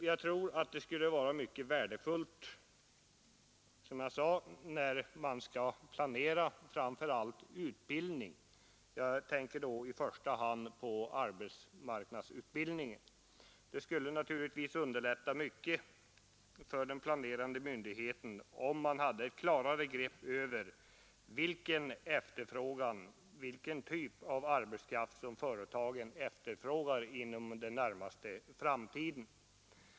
Jag tror att det skulle vara mycket värdefullt att ha sådana uppgifter om vad företagen behöver, framför allt när man skall planera en viss utbildning jag tänker då i första hand på arbetsmarknadsutbildning. Det skulle naturligtvis i hög grad underlätta arbetet för den planerande myndigheten, om man hade ett klarare begrepp över vilken typ av arbetskraft som företagen efterfrågar inom den närmaste framtiden.